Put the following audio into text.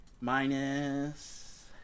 minus